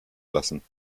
lassen